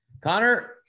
Connor